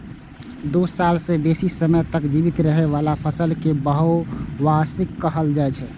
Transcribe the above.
दू साल सं बेसी समय तक जीवित रहै बला फसल कें बहुवार्षिक कहल जाइ छै